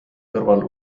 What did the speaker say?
kõrval